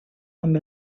amb